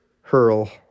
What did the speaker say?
hurl